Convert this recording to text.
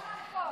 את יכולה לחזור.